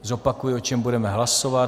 Zopakuji, o čem budeme hlasovat.